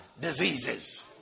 diseases